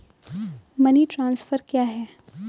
Money transfer क्या है?